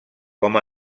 com